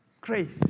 Grace